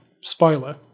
spoiler